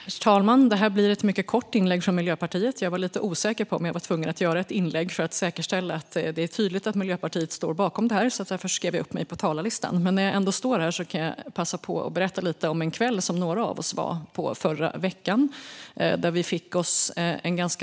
Herr talman! Detta blir ett mycket kort inlägg från Miljöpartiet. Jag var lite osäker på om jag var tvungen att hålla ett anförande för att säkerställa att det är tydligt att Miljöpartiet står bakom detta. Därför anmälde jag mig till talarlistan. När jag ändå står här kan jag passa på att berätta lite grann om ett evenemang en kväll i förra veckan där några av oss kollegor deltog.